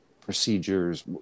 procedures